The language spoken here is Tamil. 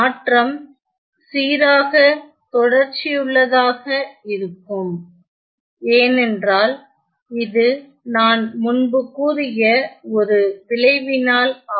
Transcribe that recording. மாற்றம் சீராகத் தொடாச்சியுள்ளதாக இருக்கும் ஏனென்றால் இது நான் முன்பு கூறிய ஒரு விளைவினால் ஆகும்